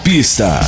Pista